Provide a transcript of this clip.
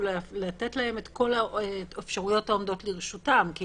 לתת להם את כל האפשרויות העומדות לרשותם.